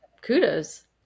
kudos